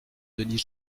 denis